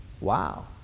Wow